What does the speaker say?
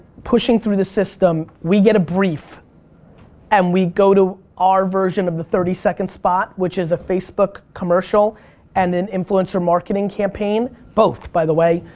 pushing through the system we get a brief and we go to our version of the thirty second spot which is a facebook commercial and an influencer marketing campaign, both by the way,